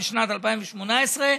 משנת 2018,